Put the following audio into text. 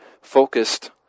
focused